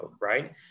right